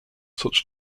such